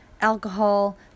alcohol